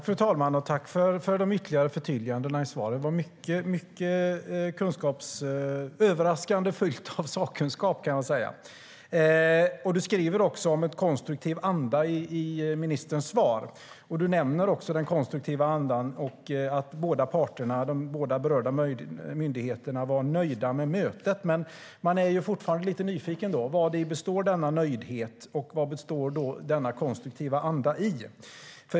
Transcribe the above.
Fru talman! Tack, statsrådet, för de ytterligare förtydligandena i svaret! Det var överraskande fyllt av sakkunskap, kan jag säga. Du talar om en konstruktiv anda i ditt svar. Du nämner den konstruktiva andan och att båda parterna, de berörda myndigheterna, var nöjda med mötet. Men man är fortfarande lite nyfiken. Vad består denna nöjdhet av, och vad består denna konstruktiva anda av?